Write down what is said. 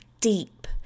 deep